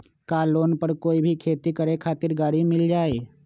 का लोन पर कोई भी खेती करें खातिर गरी मिल जाइ?